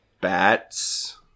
Bats